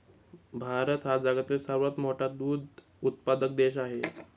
भारत हा जगातील सर्वात मोठा दूध उत्पादक देश आहे